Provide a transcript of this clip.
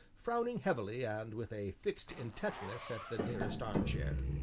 frowning heavily and with a fixed intentness at the nearest armchair.